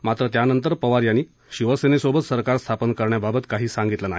मात्र त्यानंतर पवार यांनी शिवसेनेसोबत सरकार स्थापन करण्याबाबत काही सांगितलं नाही